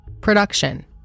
Production